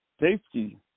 safety